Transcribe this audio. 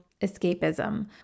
escapism